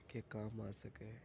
کے کام آ سکے